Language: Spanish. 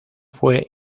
fue